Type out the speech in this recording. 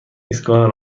ایستگاه